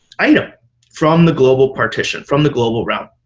item from the global partition, from the global realm.